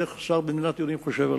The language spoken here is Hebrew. איך שר במדינת היהודים חושב עליה.